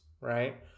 right